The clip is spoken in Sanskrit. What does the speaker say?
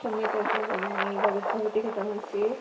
सम्यक् अस्मि भगिनी वदतु भवती कथमस्ति